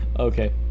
Okay